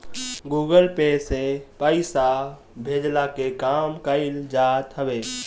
Google Pay से पईसा भेजला के काम कईल जात हवे